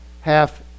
half